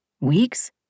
Weeks